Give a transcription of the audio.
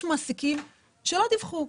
יש מעסיקים שלא דיווחו,